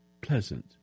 pleasant